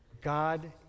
God